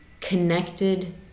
connected